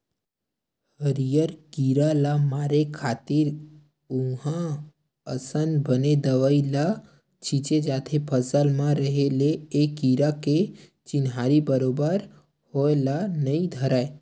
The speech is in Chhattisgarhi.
हरियर कीरा ल मारे खातिर उचहाँ असन बने दवई ल छींचे जाथे फसल म रहें ले ए कीरा के चिन्हारी बरोबर होय ल नइ धरय